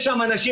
יש שם אנשים,